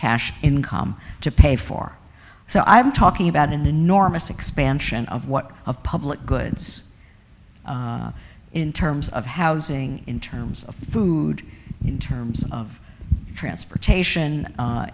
cash income to pay for so i'm talking about an enormous expansion of what of public goods in terms of housing in terms of food in terms of transportation